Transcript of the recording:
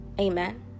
Amen